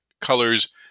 Colors